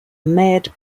mad